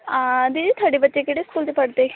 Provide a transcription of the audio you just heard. ਦੀਦੀ ਤੁਹਾਡੇ ਬੱਚੇ ਕਿਹੜੇ ਸਕੂਲ 'ਚ ਪੜ੍ਹਦੇ